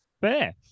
Fair